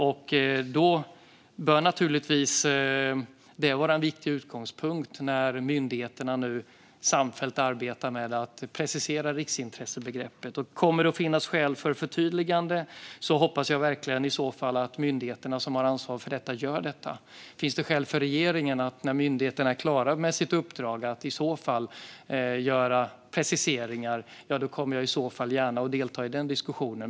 Och då bör naturligtvis det vara en viktig utgångspunkt när myndigheterna nu samfällt arbetar med att precisera riksintressebegreppet. Kommer det att finnas skäl för förtydliganden hoppas jag verkligen att myndigheterna som har ansvar för detta gör det. Finns det skäl för regeringen, när myndigheterna är klara med sitt uppdrag, att göra preciseringar kommer jag gärna att delta i den diskussionen.